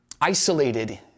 isolated